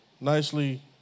nicely